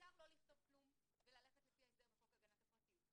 אפשר לא לכתוב כלום וללכת לפי ההסדר בחוק הגנת הפרטיות.